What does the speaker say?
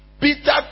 Peter